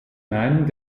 meinung